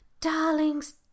Darlings